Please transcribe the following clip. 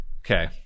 Okay